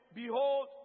behold